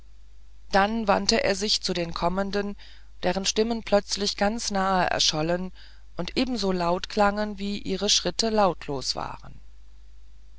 dann wandte er sich zu den kommenden deren stimmen plötzlich ganz nahe erschollen und ebenso laut klangen wie ihre schritte lautlos waren